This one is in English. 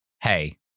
Hey